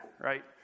right